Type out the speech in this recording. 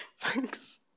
thanks